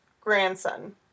grandson